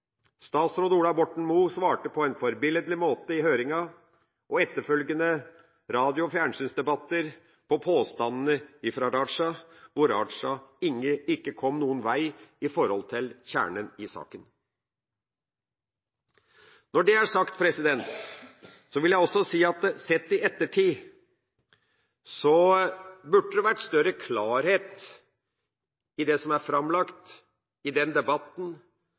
Statsråd Ola Borten Moe svarte på en forbilledlig måte i høringa og etterfølgende radio- og fjernsynsdebatter på påstandene fra Raja, og Raja kom ikke noen vei i forhold til kjernen i saken. Når det er sagt, vil jeg også si at sett i ettertid burde det vært større klarhet i det som er framlagt i debatten.